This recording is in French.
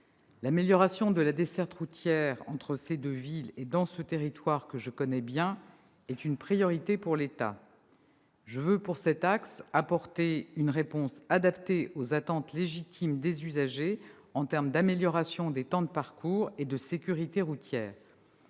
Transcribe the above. L'amélioration de la desserte routière entre ces deux villes et dans ce territoire, que je connais bien, est une priorité pour l'État. Je veux, pour cet axe, apporter une réponse adaptée aux attentes légitimes des usagers du point de vue de l'amélioration des temps de parcours et de la sécurité routière.